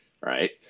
right